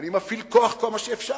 אני מפעיל כוח כמה שאפשר,